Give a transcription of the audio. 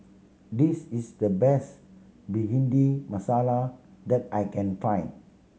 this is the best Bhindi Masala that I can find